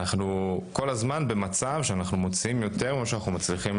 אנחנו כל הזמן במצב שאנחנו מוציאים יותר ממה שאנחנו מצליחים